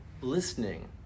listening